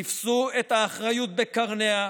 תפסו את האחריות בקרניה,